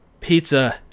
pizza